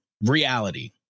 Reality